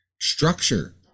structure